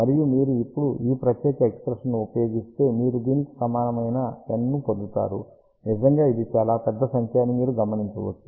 మరియు మీరు ఇప్పుడు ఈ ప్రత్యేక ఎక్ష్ప్రెషన్ ని ఉపయోగిస్తే మీరు దీనికి సమానమైన N ను పొందుతారు నిజంగా ఇది చాలా పెద్ద సంఖ్య అని మీరు గమనించవచ్చు